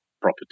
property